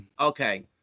Okay